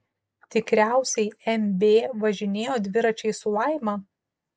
tikriausiai mb važinėjo dviračiais su laima